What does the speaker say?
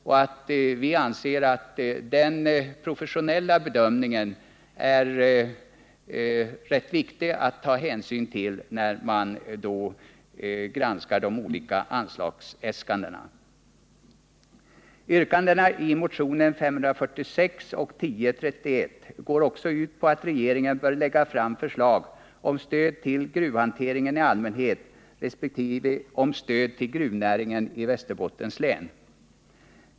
Och vi anser att den professionella bedömningen är rätt viktig att ta hänsyn till när man granskar de olika anslagsäskandena. Yrkandena i motionerna 546 och 1031 går också ut på att regeringen bör 85 lägga fram ett förslag om stöd till gruvhanteringen i allmänhet resp. stöd till gruvnäringen i Västerbottens län.